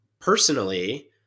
personally